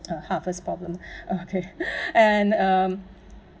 uh harvest problem okay and um